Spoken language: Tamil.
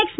எக்ஸ்